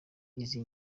izi